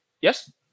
Yes